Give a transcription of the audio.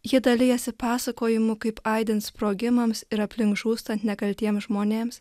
ji dalijasi pasakojimu kaip aidint sprogimams ir aplink žūstant nekaltiems žmonėms